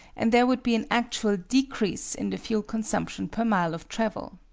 and there would be an actual decrease in the fuel consumption per mile of travel.